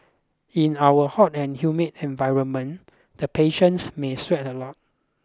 in our hot and humid environment the patients may sweat a lot